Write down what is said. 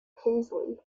paisley